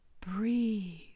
Breathe